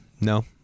No